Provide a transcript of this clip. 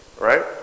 Right